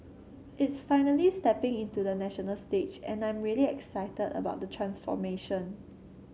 it's finally stepping into the national stage and I'm really excited about the transformation